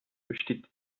besteht